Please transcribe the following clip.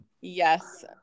Yes